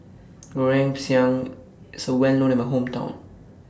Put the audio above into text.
Goreng Pisang IS Well known in My Hometown